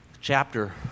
Chapter